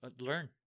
learn